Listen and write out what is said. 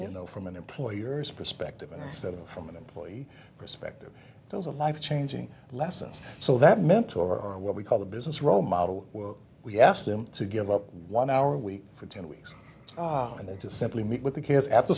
you know from an employer's perspective and said from an employee perspective it was a life changing lessons so that mentor or what we call the business role model we asked them to give up one hour a week for ten weeks and then to simply meet with the kids at the